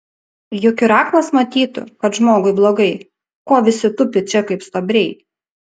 juk ir aklas matytų kad žmogui blogai ko visi tupi čia kaip stuobriai